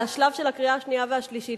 אל השלב של הקריאה השנייה והקריאה השלישית.